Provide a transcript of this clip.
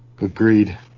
Agreed